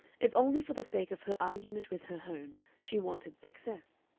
if only for the sake of her argument with her home, she wanted success.